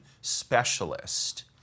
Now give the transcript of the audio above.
specialist